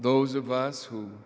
those of us who